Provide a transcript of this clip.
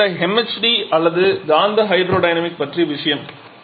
இது இந்த MHD அல்லது காந்த ஹைட்ரோ டைனமிக் பற்றிய விஷயம்